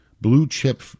blue-chip